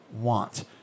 want